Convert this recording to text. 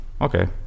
okay